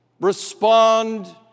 respond